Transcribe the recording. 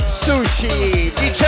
sushi